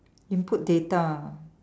input data